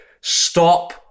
Stop